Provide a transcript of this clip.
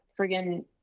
friggin